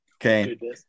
Okay